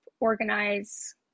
organize